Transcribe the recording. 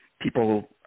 people